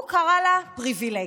קרא לה "פריבילגית".